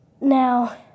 Now